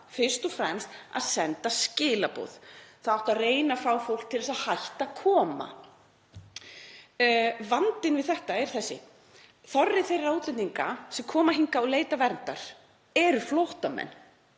fyrst og fremst um að senda skilaboð; það átti að reyna að fá fólk til að hætta að koma hingað. Vandinn við þetta er þessi: Þorri þeirra útlendinga sem koma hingað og leita verndar eru flóttamenn,